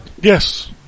Yes